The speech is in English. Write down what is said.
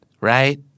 Right